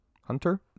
Hunter